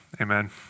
amen